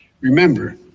Remember